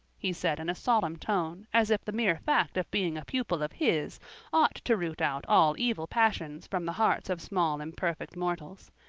he said in a solemn tone, as if the mere fact of being a pupil of his ought to root out all evil passions from the hearts of small imperfect mortals.